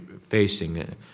facing